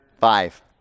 Five